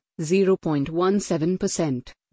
0.17%